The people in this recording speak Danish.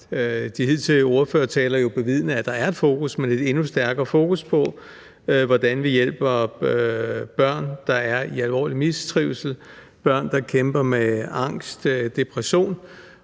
de hidtidige ordførertaler har jo bevidnet, at der er et fokus, men der skal komme et endnu stærkere fokus – på, hvordan vi hjælper børn, der er i alvorlig mistrivsel, børn, der kæmper med angst eller depression,